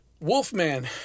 Wolfman